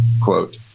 Quote